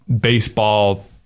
baseball